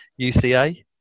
UCA